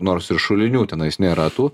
nors ir šulinių tenais nėra tų